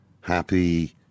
happy